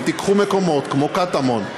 קחו מקומות כמו קטמון,